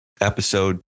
episode